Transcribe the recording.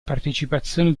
partecipazione